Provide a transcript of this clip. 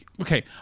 okay